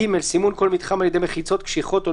(ג)סימון כל מתחם על ידי מחיצות קשיחות או